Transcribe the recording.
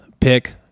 pick